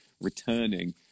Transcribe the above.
returning